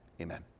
amen